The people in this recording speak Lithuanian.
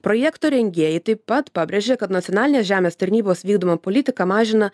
projekto rengėjai taip pat pabrėžia kad nacionalinės žemės tarnybos vykdoma politika mažina